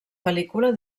pel·lícula